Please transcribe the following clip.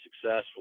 successful